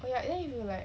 oh ya then if you like